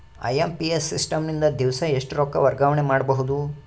IMPS system ನಿಂದ ದಿವಸಾ ಎಷ್ಟ ರೊಕ್ಕ ವರ್ಗಾವಣೆ ಮಾಡಬಹುದು?